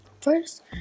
first